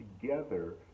together